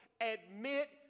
admit